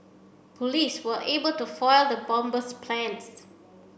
police were able to foil the bomber's plans